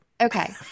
Okay